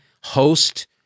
host